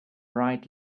right